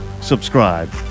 Subscribe